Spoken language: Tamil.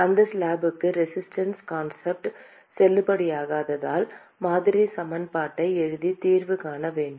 அந்த ஸ்லாப்க்கு ரெசிஸ்டன்ஸ் கான்செப்ட் செல்லுபடியாகாததால் மாதிரி சமன்பாட்டை எழுதி தீர்வு காண வேண்டும்